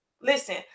Listen